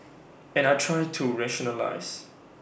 and I try to rationalise